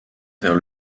vers